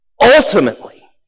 ultimately